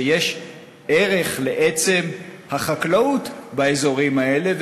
שיש ערך לעצם החקלאות באזורים האלה,